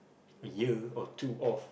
a year or two off